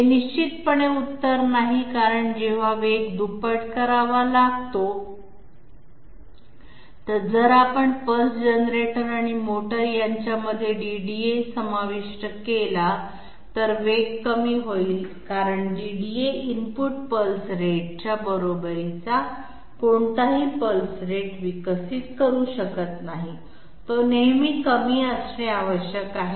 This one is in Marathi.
हे निश्चितपणे उत्तर नाही कारण जेव्हा वेग दुप्पट करावा लागतो जर आपण पल्स जनरेटर आणि मोटर यांच्यामध्ये DDA समाविष्ट केला तर वेग कमी होईल कारण DDA इनपुट पल्स रेटच्या बरोबरीचा कोणताही पल्स रेट विकसित करू शकत नाही तो नेहमी कमी असणे आवश्यक आहे